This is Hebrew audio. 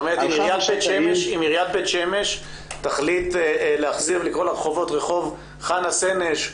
אם עיריית בית שמש תחליט לקרוא לרחוב חנה סנש.